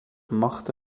machte